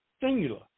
singular